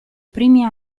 primi